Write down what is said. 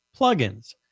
plugins